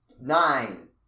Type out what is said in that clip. nine